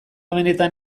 benetan